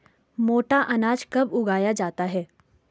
मोटा अनाज कब उगाया जाता है?